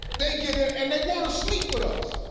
they get in, and they wanna sleep with us.